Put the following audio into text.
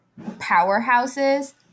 powerhouses